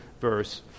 verse